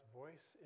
voice